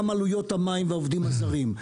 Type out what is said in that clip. גם עלויות המים והעובדים הזרים,